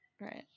Right